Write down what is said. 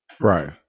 right